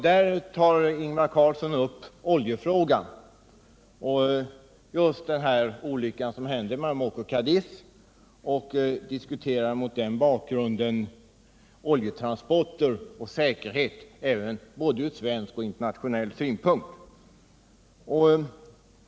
Där tar Ingvar Carlsson upp den olycka som hände med Amoco Cadiz och diskuterar mot bakgrund av den olyckan oljetransporter och säkerhet ur både svensk och internationell synpunkt.